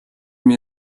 mir